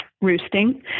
roosting